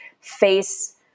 face